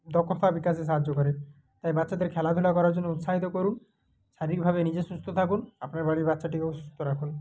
দক্ষতা বিকাশে সাহায্য করে তাই বাচ্চাদের খেলাধুলা করার জন্য উৎসাহিত করুন শারীরিকভাবে নিজে সুস্থ থাকুন আপনার বাড়ির বাচ্চাটিকেও সুস্থ রাখুন